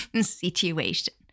situation